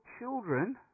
children